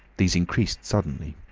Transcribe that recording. these increased suddenly.